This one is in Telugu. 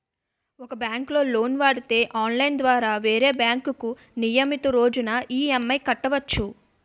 ఒక బ్యాంకులో లోను వాడితే ఆన్లైన్ ద్వారా వేరే బ్యాంకుకు నియమితు రోజున ఈ.ఎం.ఐ కట్టవచ్చు